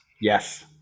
Yes